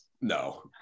No